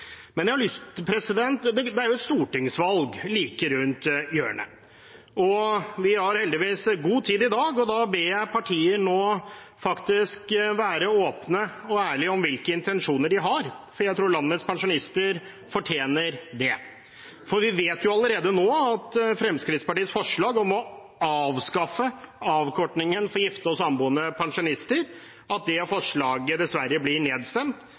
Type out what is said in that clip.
Et stortingsvalg er like rundt hjørnet, og vi har heldigvis god tid i dag. Da ber jeg partiene nå om faktisk å være åpne og ærlige om hvilke intensjoner de har, for jeg tror landets pensjonister fortjener det. Vi vet allerede nå at Fremskrittspartiets forslag om å avskaffe avkortingen for gifte og samboende pensjonister dessverre blir nedstemt. Det